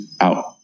Out